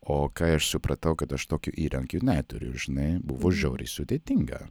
o kai aš supratau kad aš tokio įrankio neturiu žinai buvo žiauriai sudėtinga